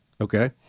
okay